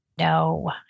No